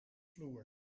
vloer